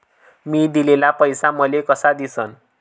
मी दिलेला पैसा मले कसा दिसन?